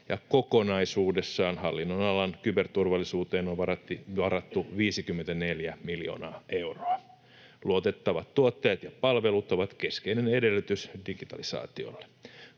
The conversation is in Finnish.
ja kokonaisuudessaan hallinnonalan kyberturvallisuuteen on varattu 54 miljoonaa euroa. Luotettavat tuotteet ja palvelut ovat keskeinen edellytys digitalisaatiolle.